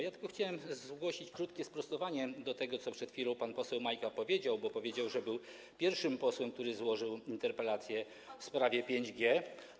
Ja tylko chciałem zgłosić krótkie sprostowanie do tego, co przed chwilą powiedział pan poseł Majka, bo powiedział, że był pierwszym posłem, który złożył interpelację w sprawie 5G.